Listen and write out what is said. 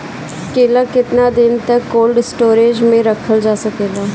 केला केतना दिन तक कोल्ड स्टोरेज में रखल जा सकेला?